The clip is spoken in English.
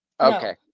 Okay